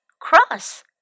cross